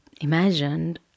imagined